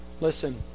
Listen